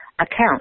account